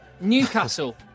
Newcastle